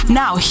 now